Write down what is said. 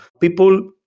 people